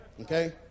Okay